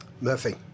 Murphy